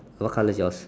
what color is yours